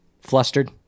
flustered